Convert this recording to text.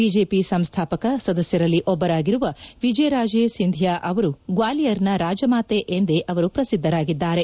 BJP ಸಂಸ್ದಾಪಕ ಸದಸ್ಯರಲ್ಲಿ ಒಬ್ಬರಾಗಿರುವ ವಿಜಯರಾಜೇ ಸಿಂಧಿಯಾ ಅವರು ಗ್ವಾಲಿಯರ್ನ ರಾಜಮಾತೆ ಎಂದೇ ಅವರು ಪ್ರಸಿದ್ದರಾಗಿದ್ದಾರೆ